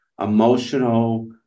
emotional